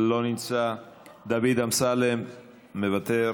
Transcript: לא נמצא, דוד אמסלם מוותר,